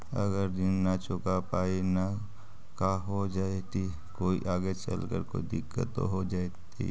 अगर ऋण न चुका पाई न का हो जयती, कोई आगे चलकर कोई दिलत हो जयती?